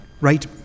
right